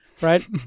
right